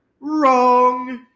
wrong